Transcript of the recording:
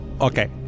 Okay